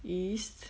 is